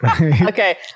Okay